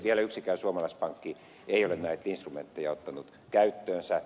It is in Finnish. vielä yksikään suomalaispankki ei ole näitä instrumentteja ottanut käyttöönsä